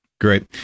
great